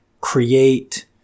create